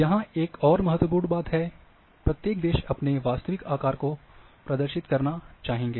यहाँ एक और महत्वपूर्ण बात है प्रत्येक देश अपने वास्तविक आकार में प्रदर्शित होना चाहेगा